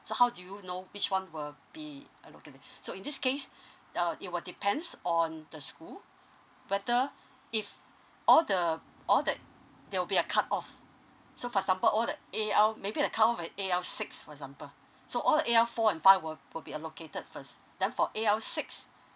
so how do you know which one will be allocated so in this case uh it will depends on the school whether if all the all that there will be a cut off so for example all the A_L maybe the cut off at A_L six for example so all the A_L four and five will will be allocated first then for A_L six